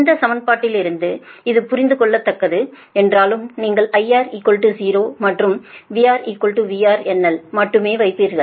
இந்த சமன்பாட்டிலிருந்து இது புரிந்து கொள்ளத்தக்கது என்றாலும் நீங்கள் IR 0 மற்றும் VR VRNL மட்டுமே வைப்பீர்கள்